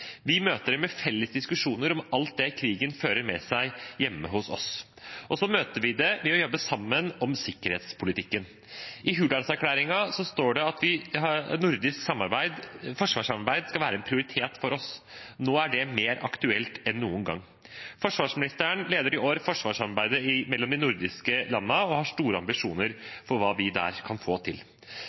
Vi møter det med felles diskusjoner om alt det krigen fører med seg hjemme hos oss. Og så møter vi det ved å jobbe sammen om sikkerhetspolitikken. I Hurdalserklæringen står det at nordisk forsvarssamarbeid skal være en prioritet for oss. Nå er det mer aktuelt enn noen gang. Forsvarsministeren leder i år forsvarssamarbeidet mellom de nordiske landene og har store ambisjoner for hva vi der kan få til.